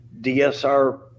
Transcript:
DSR